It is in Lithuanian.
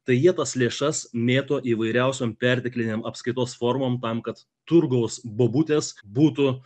tai jie tas lėšas mėto įvairiausiom perteklinėm apskaitos formom tam kad turgaus bobutės būtų